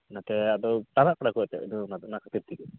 ᱚᱱᱟᱛᱮ ᱟᱫᱚ ᱪᱟᱞᱟᱜ ᱠᱟᱱᱟ ᱠᱚ ᱮᱱᱛᱮᱫ ᱚᱱᱟ ᱚᱱᱟ ᱠᱷᱟᱹᱛᱤᱨ ᱛᱮᱜᱮ